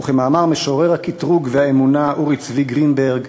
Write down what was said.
וכמאמר משורר הקטרוג והאמונה אורי צבי גרינברג: